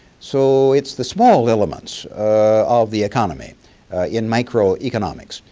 so it's the small elements of the economy in micro economics,